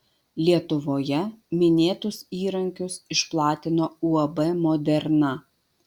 lietuvoje minėtus įrankius išplatino uab moderna